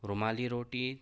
رومالی روٹی